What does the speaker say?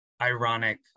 ironic